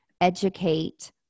educate